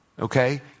okay